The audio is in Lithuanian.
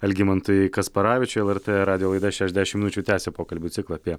algimantui kasparavičiui lrt radijo laida šešiasdešimt minučių tęsia pokalbių ciklą apie